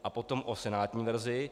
A potom o senátní verzi.